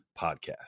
podcast